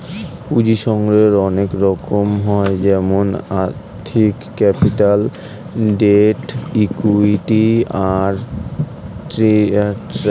পুঁজির সংগ্রহের অনেক রকম হয় যেমন আর্থিক ক্যাপিটাল, ডেট, ইক্যুইটি, আর ট্রেডিং ক্যাপিটাল